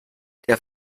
der